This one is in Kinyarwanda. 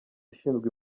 ushinzwe